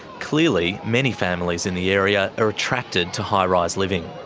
clearly, many families in the area are attracted to high-rise living.